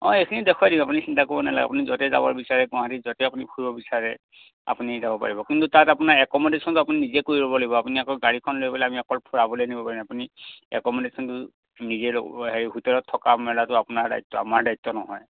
অ' এইখিনি দেখুৱাই দিম আপুনি চিন্তা কৰিব নালাগে আপুনি য'তে যাব বিচাৰে গুৱাহাটী য'তে আপুনি ফুৰিব বিচাৰে আপুনি যাব পাৰিব কিন্তু তাত আপোনাৰ এক'ম'ডেশ্যনটো আপুনি নিজে কৰি ল'ব লাগিব আপুনি আকৌ গাড়ীখন লৈ গ'লে আমি অকল ফুৰাবলৈ নিব পাৰিম আপুনি এক'ম'ডেশ্যনটো নিজে হেৰি হোটেলত থকা মেলাটো আপোনাৰ দায়িত্ব আমাৰ দায়িত্ব নহয়